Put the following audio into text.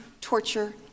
torture